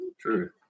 True